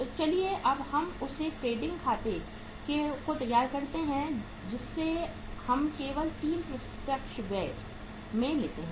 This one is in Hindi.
तो चलिए अब हम उस ट्रेडिंग खाते को तैयार करते हैं जिसे हम केवल 3 प्रत्यक्ष व्यय में लेते हैं